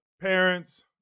parents